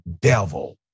devil